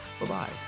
Bye-bye